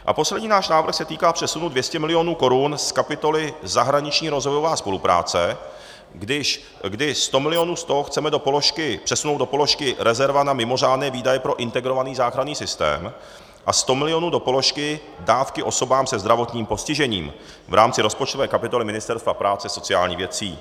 A poslední náš návrh se týká přesunu 200 milionů korun z kapitoly Zahraniční rozvojová spolupráce, kdy 100 milionů z toho chceme přesunout do položky rezerva na mimořádné výdaje pro integrovaný záchranný systém a 100 milionů do položky dávky osobám se zdravotním postižením v rámci rozpočtové kapitoly Ministerstva práce a sociálních věcí.